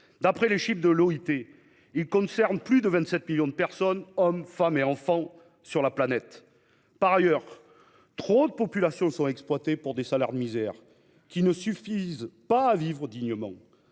D'après les chiffres de l'OIT, il concerne plus 27 millions de personnes, hommes, femmes et enfants, sur la planète. Par ailleurs, trop de populations sont exploitées pour des salaires de misère, qui ne suffisent pas à vivre dignement.